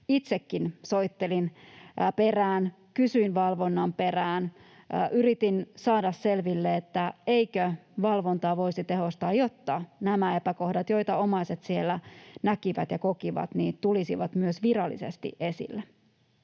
Itsekin soittelin perään, kysyin valvonnan perään, yritin saada selville, eikö valvontaa voisi tehostaa, jotta nämä epäkohdat, joita omaiset siellä näkivät ja kokivat, tulisivat myös virallisesti esille.